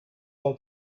her